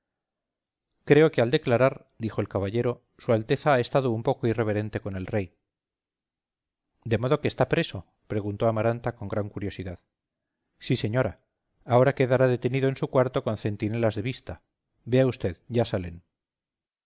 creo que al declarar dijo el caballero su alteza ha estado un poco irreverente con el rey de modo que está preso preguntó amaranta con gran curiosidad sí señora ahora quedará detenido en su cuarto con centinelas de vista vea vd ya salen